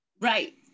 Right